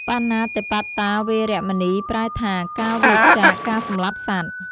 បាណាតិបាតា វេរមណី ប្រែថា ការវៀរចាកការសម្លាប់សត្វ។